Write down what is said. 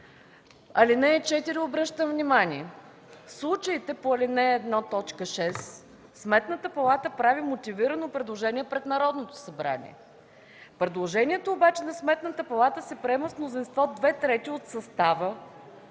Алинея 4, обръщам внимание – в случаите по ал. 1, т. 6, Сметната палата прави мотивирано предложение пред Народното събрание. Предложенията обаче на Сметната палата се приемат с мнозинство две трети от състава,